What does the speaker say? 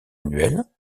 annuel